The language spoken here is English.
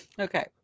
Okay